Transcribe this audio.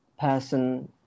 person